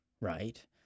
right